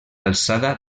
alçada